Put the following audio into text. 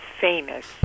famous